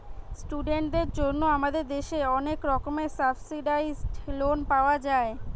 ইস্টুডেন্টদের জন্যে আমাদের দেশে অনেক রকমের সাবসিডাইসড লোন পাওয়া যায়